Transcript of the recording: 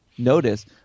notice